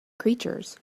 creatures